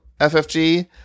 FFG